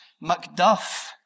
Macduff